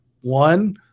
One